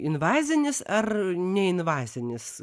invazinis ar neinvazinis